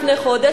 לפני חודש,